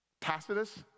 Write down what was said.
tacitus